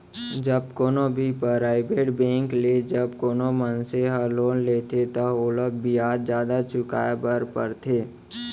जब कोनो भी पराइबेट बेंक ले जब कोनो मनसे ह लोन लेथे त ओला बियाज जादा चुकाय बर परथे